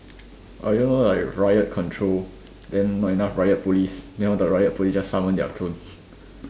or you know like riot control then not enough riot police then all the riot police just summon their clone